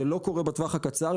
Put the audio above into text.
זה לא קורה בטווח הקצר,